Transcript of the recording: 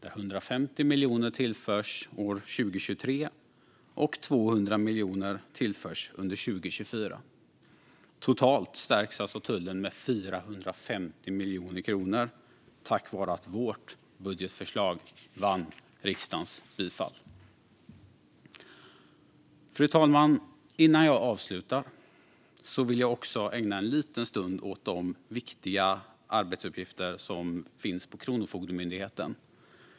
150 miljoner tillförs år 2023, och 200 miljoner tillförs under 2024. Totalt stärks alltså tullen med 450 miljoner kronor tack vare att vårt budgetförslag vann riksdagens bifall. Fru talman! Innan jag avslutar vill jag ägna en liten stund åt de viktiga arbetsuppgifter som finns hos Kronofogdemyndigheten.